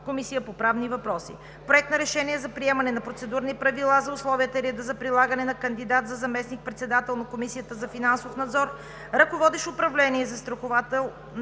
Комисията по правни въпроси. Проект на решение за приемане на Процедурни правила за условията и реда за предлагането на кандидат за заместник‑председател на Комисията за финансов надзор, ръководещ управление „Застрахователен